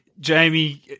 Jamie